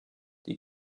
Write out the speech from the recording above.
die